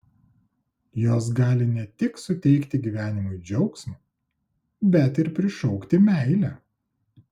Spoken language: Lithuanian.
jos gali ne tik suteikti gyvenimui džiaugsmo bet ir prišaukti meilę